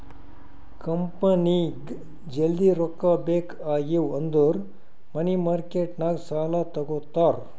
ಕಂಪನಿಗ್ ಜಲ್ದಿ ರೊಕ್ಕಾ ಬೇಕ್ ಆಗಿವ್ ಅಂದುರ್ ಮನಿ ಮಾರ್ಕೆಟ್ ನಾಗ್ ಸಾಲಾ ತಗೋತಾರ್